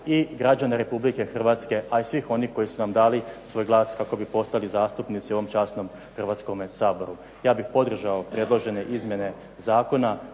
i građana Republike Hrvatske a i svih onih koji su nam dali svoj glas kako bi postali zastupnici u ovom časnom Hrvatskom saboru. Ja bih podržao predložene izmjene zakona.